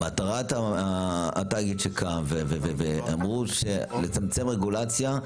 מטרת התאגיד שקם הייתה לצמצם רגולציה,